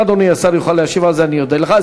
אם אדוני השר יוכל להשיב על זה, אני אודה לך.